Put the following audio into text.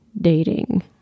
dating